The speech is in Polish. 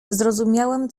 zrozumiałem